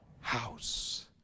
house